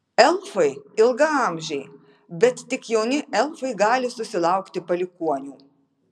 elfai ilgaamžiai bet tik jauni elfai gali susilaukti palikuonių